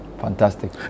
fantastic